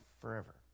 forever